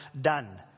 done